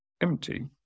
empty